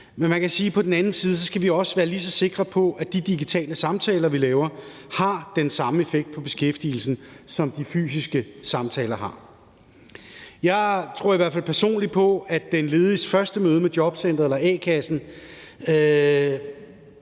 men man kan på den anden side også sige, at vi skal være lige så sikre på, at de digitale samtaler, vi laver, har den samme effekt på beskæftigelsen, som de fysiske samtaler har. Jeg tror i hvert fald personligt på, at den lediges første møde med jobcenteret eller a-kassen